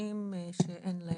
ציבוריים שאין להם.